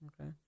Okay